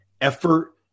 effort